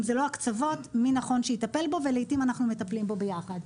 זה לא הקצבות מי נכון שיטפל בו ולעיתים אנחנו מטפלים בו ביחד.